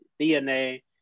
DNA